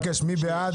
אפשרות.